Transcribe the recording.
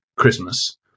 christmas